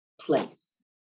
place